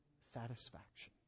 satisfaction